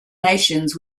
nations